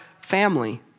family